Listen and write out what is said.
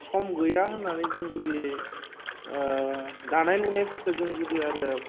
सम गैया होन्नानै जों जुदि दानाय लुनायफोरखौ जों जुदि आरो